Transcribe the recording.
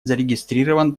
зарегистрирован